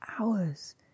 Hours